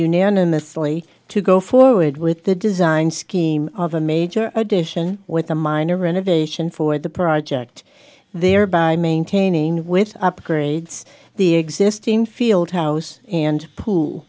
unanimously to go forward with the design scheme of a major addition with a minor renovation for the project there by maintaining with upgrades the existing field house and pool